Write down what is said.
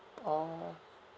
oh